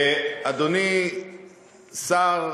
אדוני השר,